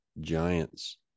giants